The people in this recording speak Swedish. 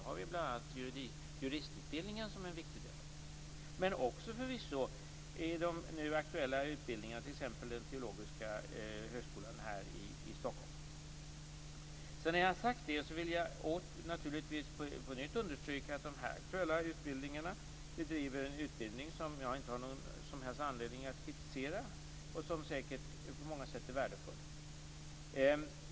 Där är bl.a. juristutbildningen en viktig del men också, förvisso, de nu aktuella utbildningarna vid exempelvis Teologiska På nytt vill jag understryka att de här aktuella utbildningsanordnarna bedriver en utbildning som jag inte har någon som helst anledning att kritisera. De är säkert på många sätt värdefulla.